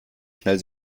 schnell